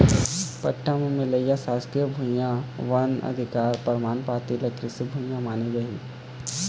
पट्टा म मिलइया सासकीय भुइयां, वन अधिकार परमान पाती ल कृषि भूइया माने जाही